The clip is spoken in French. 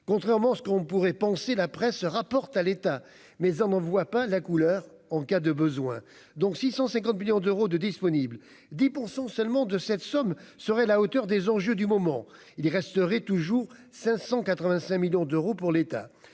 contrairement à ce qu'on pourrait penser, la presse rapporte à l'État, mais on voit pas la couleur en cas de besoin donc 650 millions d'euros de disponible 10 % seulement de cette somme serait la hauteur des enjeux du moment il il resterait toujours 585 millions d'euros pour l'État,